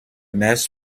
nez